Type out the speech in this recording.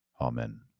Amen